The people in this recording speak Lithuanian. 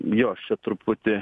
jo aš čia truputį